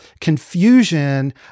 confusion